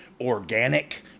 organic